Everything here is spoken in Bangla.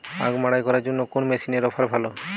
আখ মাড়াই করার জন্য কোন মেশিনের অফার ভালো?